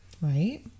right